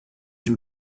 dem